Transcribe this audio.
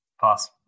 Pass